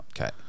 Okay